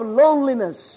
loneliness